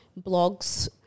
blogs